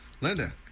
Linda